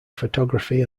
photography